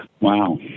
wow